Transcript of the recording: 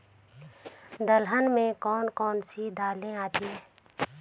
दलहन में कौन कौन सी दालें आती हैं?